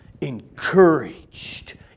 encouraged